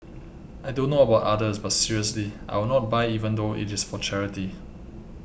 I don't know about others but seriously I will not buy even though it is for charity